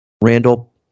Randall